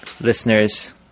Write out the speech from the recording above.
listeners